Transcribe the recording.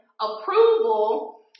approval